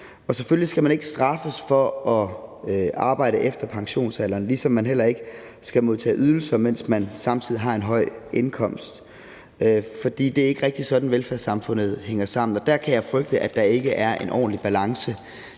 Og selvfølgelig skal man ikke straffes for at arbejde efter pensionsalderen, ligesom man heller ikke skal modtage ydelser, mens man samtidig har en høj indkomst. For det er ikke rigtig sådan, velfærdssamfundet hænger sammen, og der kan jeg frygte, at der ikke er en ordentlig balance